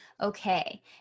okay